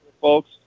folks